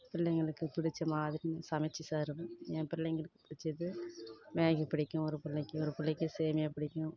பிள்ளைகளுக்கு பிடிச்ச மாதிரி சமைத்து தருவேன் என் பிள்ளைகளுக்கு பிடித்தது மேஹி பிடிக்கும் ஒரு புள்ளைக்கு ஒரு புள்ளைக்கு சேமியா பிடிக்கும்